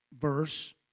verse